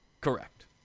Correct